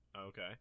Okay